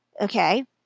okay